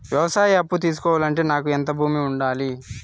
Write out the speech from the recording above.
వ్యవసాయ అప్పు తీసుకోవాలంటే నాకు ఎంత భూమి ఉండాలి?